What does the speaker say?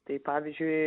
tai pavyzdžiui